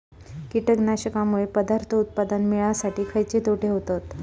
कीटकांनमुळे पदार्थ उत्पादन मिळासाठी खयचे तोटे होतत?